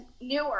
Newer